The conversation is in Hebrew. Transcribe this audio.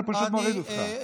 אני פשוט מוריד אותך.